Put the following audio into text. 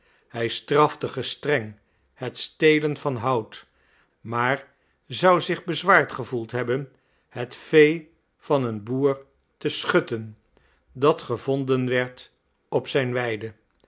hij strafte gestreng het stelen van hout maar zou zich bezwaard gevoeld hebben het vee van een boer te schutten dat gevonden werd op zijn weiden